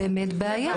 זאת באמת בעיה.